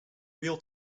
real